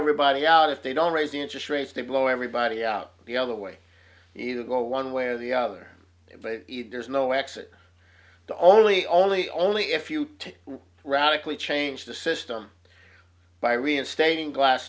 everybody out if they don't raise interest rates they blow everybody out the other way either go one way or the other but there's no exit the only only only if you to radically change the system by reinstating glass